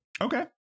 Okay